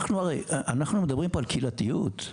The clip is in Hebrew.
אנחנו מדברים פה על קהילתיות.